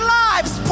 lives